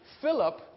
Philip